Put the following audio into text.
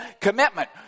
commitment